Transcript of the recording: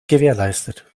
gewährleistet